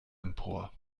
empor